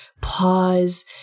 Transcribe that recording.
pause